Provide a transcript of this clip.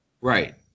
Right